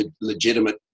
legitimate